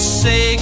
say